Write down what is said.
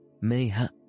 Mayhap